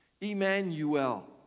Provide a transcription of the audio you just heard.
Emmanuel